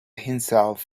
himself